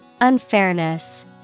Unfairness